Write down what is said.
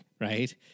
right